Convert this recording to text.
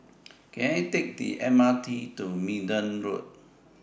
Can I Take The M R T to Minden Road